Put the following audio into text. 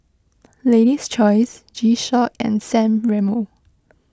Lady's Choice G Shock and San Remo